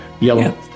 yellow